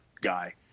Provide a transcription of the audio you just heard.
guy